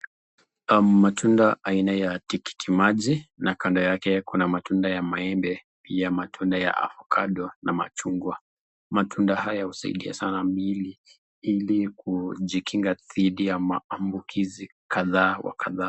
Matunda aina ya tikitimaji, na kando yake kuna matunda ya maembe, pia matunda ya avokado, na machungwa, matunda haya husaidia sana mwili, ili kujikinga dhidi ya maambukizi kadhaa.